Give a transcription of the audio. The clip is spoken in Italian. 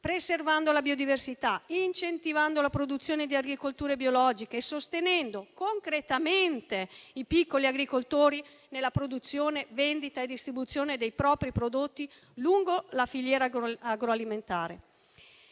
preservando la biodiversità, incentivando la produzione di agricolture biologiche e sostenendo concretamente i piccoli agricoltori nella produzione, vendita e distribuzione dei propri prodotti lungo la filiera agroalimentare.